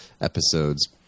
episodes